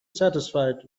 satisfied